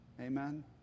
Amen